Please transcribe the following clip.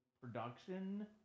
production